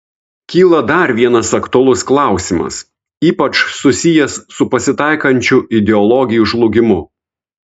kyla dar vienas aktualus klausimas ypač susijęs su pasitaikančiu ideologijų žlugimu